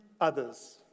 others